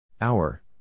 Hour